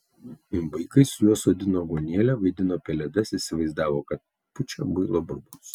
vaikai su juo sodino aguonėlę vaidino pelėdas įsivaizdavo kad pučia muilo burbulus